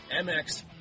MX